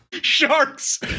Sharks